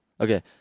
Okay